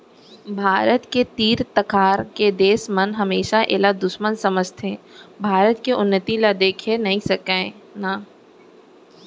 भारत के तीर तखार के देस मन हमेसा एला दुस्मन समझथें भारत के उन्नति ल देखे नइ सकय ना